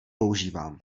používám